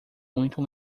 muito